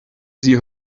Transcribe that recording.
sie